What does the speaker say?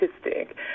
statistic